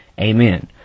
Amen